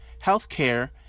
healthcare